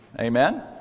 Amen